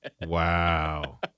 Wow